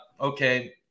okay